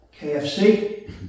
KFC